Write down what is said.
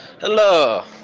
Hello